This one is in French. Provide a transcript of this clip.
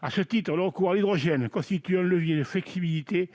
À ce titre, le recours à l'hydrogène constitue un levier de flexibilité